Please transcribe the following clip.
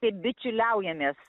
taip bičiuliaujamės